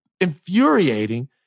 infuriating